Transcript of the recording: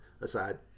aside